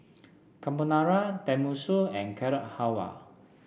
Carbonara Tenmusu and Carrot Halwa